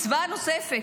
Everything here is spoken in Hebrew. מצווה נוספת.